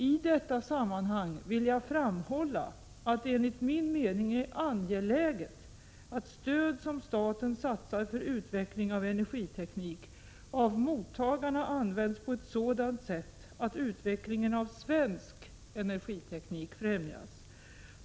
I detta sammanhang vill jag framhålla att det enligt min mening är angeläget att stöd som staten satsar för utveckling av energiteknik av mottagarna används på ett sådant sätt att utvecklingen av svensk energiteknik främjas.